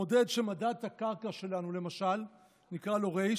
המודד שמדד את הקרקע שלנו למשל, נקרא לו ר',